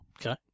okay